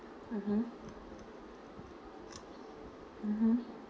mmhmm mmhmm